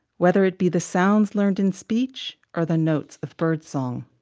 whether it be the sounds learned in speech, or the notes of birdsong.